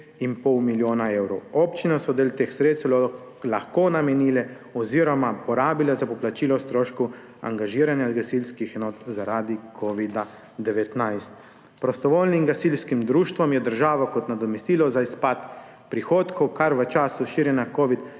in pol milijonov evrov. Občine so del teh sredstev lahko namenile oziroma porabile za poplačilo stroškov angažiranja gasilskih enot zaradi covida-19. Prostovoljnim gasilskim društvom je država kot nadomestilo za izpad prihodkov, ker v času širjenja